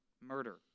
murder